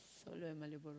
solo and maliboro